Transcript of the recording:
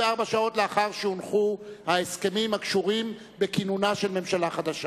שעות לאחר שהונחו ההסכמים הקשורים בכינונה של ממשלה חדשה?